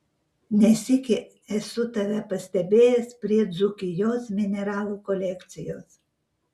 ne sykį esu tave pastebėjęs prie dzūkijos mineralų kolekcijos